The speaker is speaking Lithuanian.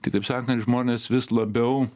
kitaip sakant žmonės vis labiau